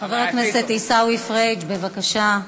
חבר הכנסת עיסאווי פריג', בבקשה.